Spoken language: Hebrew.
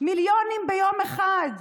מיליונים ביום אחד.